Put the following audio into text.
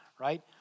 right